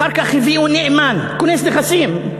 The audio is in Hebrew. אחר כך הביאו נאמן, כונס נכסים.